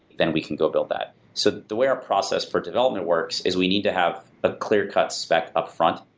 then we can go build that. so the way our process for development works is we need to have a clear-cut spec upfront.